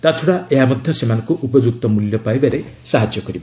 ତାଛଡ଼ା ଏହା ମଧ୍ୟ ସେମାନଙ୍କୁ ଉପଯୁକ୍ତ ମୂଲ୍ୟ ପାଇବାରେ ସାହାଯ୍ୟ କରିବ